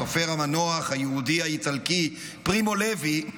הסופר המנוח היהודי האיטלקי פרימו לוי,